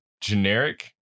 generic